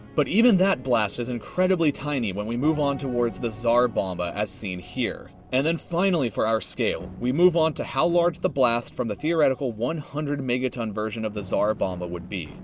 but even that blast is incredibly tiny when we move on towards the tsar bomba, as seen here. and then finally, for our scale, we move on to how large the blast from the theoretical one hundred megaton version of the tsar bomba would be.